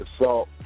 assault